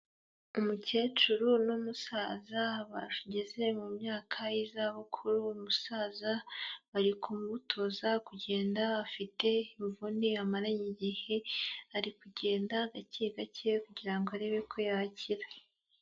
Umukecuru n'umusaza bageze mu myaka y'izabukuru, umusaza bari kumutoza kugenda afite imvune amaranye igihe, ari kugenda gake gake kugira ngo arebe ko yakira.